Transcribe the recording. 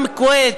גם כוויית,